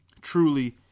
truly